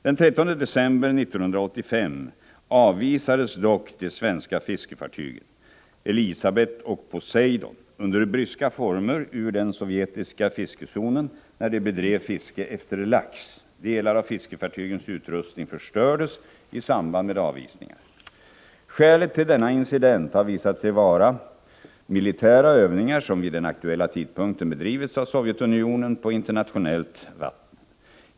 Den 13 december 1985 avvisades dock de svenska fiskefartygen Elisabeth och Poseidon under bryska former ur den sovjetiska fiskezonen när de bedrev fiske efter lax. Delar av fiskefartygens utrustning förstördes i samband med avvisningen. Skälet till denna incident har visat sig vara militära övningar som vid den aktuella tidpunkten bedrivits av Sovjetunionen på internationellt vatten.